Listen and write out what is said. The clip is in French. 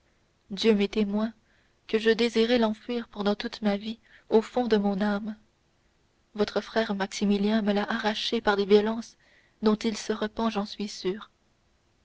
dieu m'est témoin que je désirais l'enfouir pendant toute ma vie au fond de mon âme votre frère maximilien me l'a arraché par des violences dont il se repent j'en suis sûr